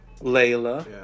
Layla